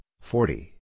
forty